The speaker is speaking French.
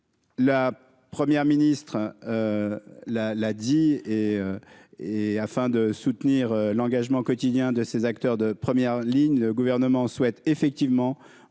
La première ministre la la dit et et afin de soutenir l'engagement quotidien de ces acteurs de première ligne, le gouvernement souhaite effectivement